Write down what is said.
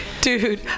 Dude